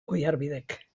oiarbidek